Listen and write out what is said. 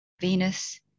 Venus